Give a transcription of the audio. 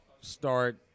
start